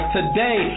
Today